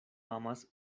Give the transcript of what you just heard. amas